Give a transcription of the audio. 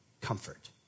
comfort